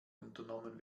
unternommen